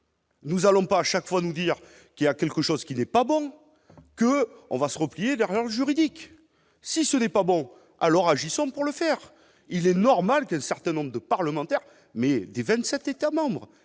Nous allons pas à chaque fois, nous dire qu'il y a quelque chose qui n'est pas bon que on va se replier derrière juridique si ce n'est pas bon alors, agissant pour le faire, il est normal que certains nombre de parlementaires, mais des 27 États-membres